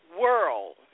world